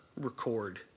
record